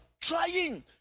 trying